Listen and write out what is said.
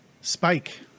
Spike